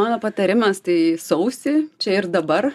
mano patarimas tai sausį čia ir dabar